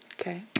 Okay